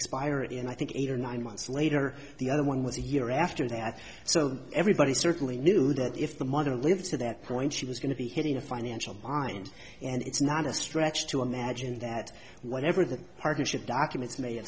expire and i think eight or nine months later the other one was a year after that so everybody certainly knew that if the mother lived to that point she was going to be hitting a financial on and it's not a stretch to imagine that whatever the partnership documents